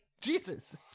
Jesus